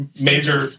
major